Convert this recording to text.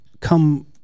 come